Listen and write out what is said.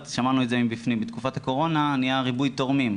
ושמענו את זה מבפנים בתקופת הקורונה נהיה ריבוי תורמים.